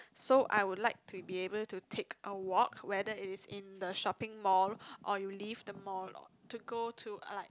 so I would like to be able to take a walk whether it is in the shopping mall or you leave the mall or to go to like